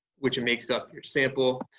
which makes up your sample.